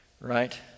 right